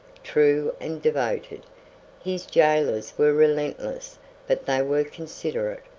true and devoted his gaolers were relentless but they were considerate.